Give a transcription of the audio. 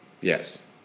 Yes